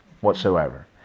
whatsoever